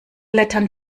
lettern